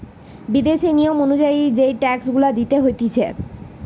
বিদেশি নিয়ম অনুযায়ী যেই ট্যাক্স গুলা দিতে হতিছে